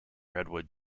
redwood